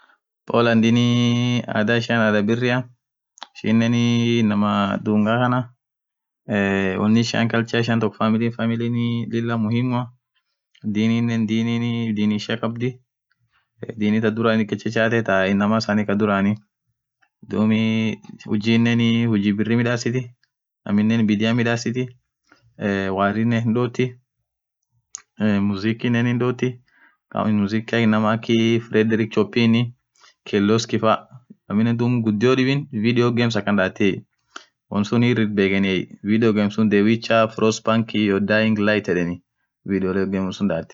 Poland adhaa ishian adhaa birria ishinen inamaa dhunga khanaaa eee uniishia culture ishian toko famili familinii lila muhimua dini dininen Dini ishia khabdhii Dini thaa dhurani ghadchachathe inamaa isani Kaa dhurani dhubii hujinen huji birri midhasithi aminen bidii midhasithi eee warrinen hindhothi eee mzikinen hindotha khama mziki inamaa akhii Fredrick chopine kyloski faa aminen ghudio dhibin video games akhan dhatiyee wonsun irithi bekhen video game sun dewicha frospark iyo dylight yedheni